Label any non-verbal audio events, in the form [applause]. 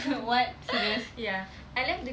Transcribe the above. [laughs] what serious